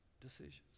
decisions